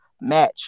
match